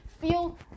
feel